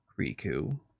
Riku